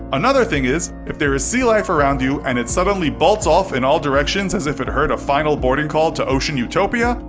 another thing is, if there is sea life around you and it suddenly bolts off in all directions as if it heard a final boarding call to ocean-utopia,